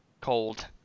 cold